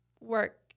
work